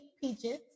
Peaches